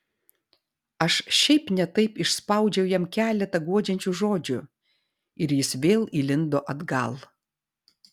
aš šiaip ne taip išspaudžiau jam keletą guodžiančių žodžių ir jis vėl įlindo atgal